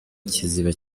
kiziba